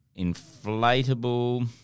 inflatable